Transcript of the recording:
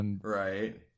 Right